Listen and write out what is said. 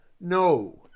no